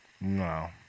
No